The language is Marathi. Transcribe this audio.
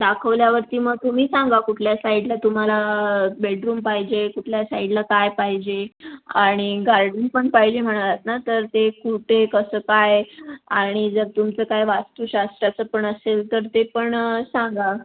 दाखवल्यावरती मग तुम्ही सांगा कुठल्या साईडला तुम्हाला बेडरूम पाहिजे कुठल्या साईडला काय पाहिजे आणि गार्डन पण पाहिजे म्हणालात ना तर ते कुठे कसं काय आणि जर तुमचं काही वास्तुशास्त्राचं पण असेल तर ते पण सांगा